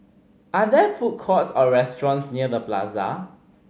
are there food courts or restaurants near The Plaza